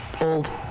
old